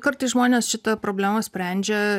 kartais žmonės šitą problemą sprendžia